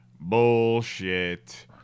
bullshit